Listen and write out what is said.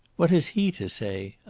what has he to say?